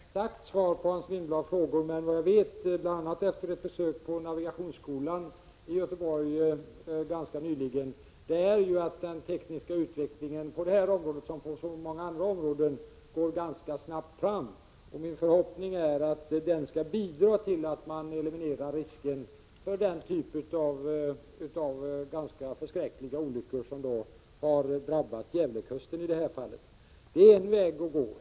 Herr talman! Jag kanske inte kan ge något exakt svar på Hans Lindblads frågor, men vad jag vet — bl.a. efter ett besök på navigationsskolan i Göteborg rätt nyligen — är att den tekniska utvecklingen på detta som på så många andra områden går ganska snabbt. Min förhoppning är att den skall bidra till att risken elimineras för den typ av förskräckliga olyckor som har drabbat Gävlekusten i det här fallet. Det är en väg att gå.